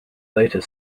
later